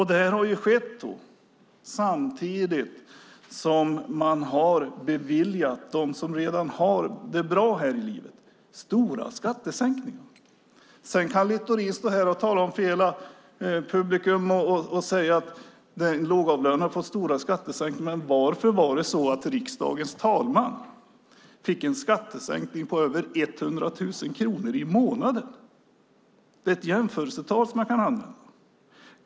Det här har skett samtidigt som man har beviljat de som redan har det bra i livet stora skattesänkningar. Sedan kan Littorin säga att den lågavlönade får stora skattesänkningar, men varför var det så att riksdagens talman fick en skattesänkning på över 100 000 kronor i månaden? Det är ett jämförelsetal som man kan använda.